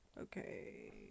Okay